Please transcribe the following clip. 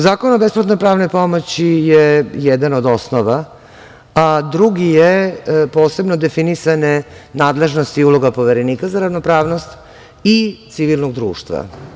Zakon o besplatnoj pravnoj pomoći je jedan od osnova, a drugi je posebno definisane nadležnosti uloga Poverenika za ravnopravnost i civilnog društva.